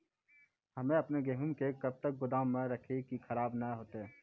हम्मे आपन गेहूँ के कब तक गोदाम मे राखी कि खराब न हते?